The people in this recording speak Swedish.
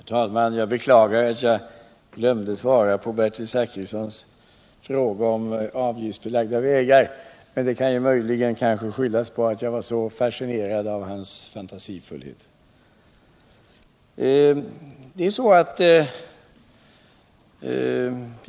Herr talman! Jag beklagar att jag glömde att svara på Bertil Zachrissons fråga om avgiftsbelagda vägar, men det kan möjligen skyllas på att jag var så fascinerad av hans fantasifullhet.